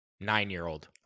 nine-year-old